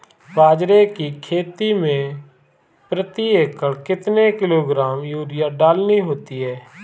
बाजरे की खेती में प्रति एकड़ कितने किलोग्राम यूरिया डालनी होती है?